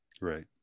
right